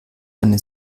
eine